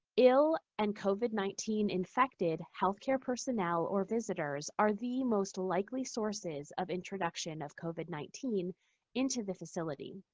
ill and covid nineteen infected healthcare personnel or visitors are the most likely sources of introduction of covid nineteen into the facility.